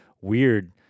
weird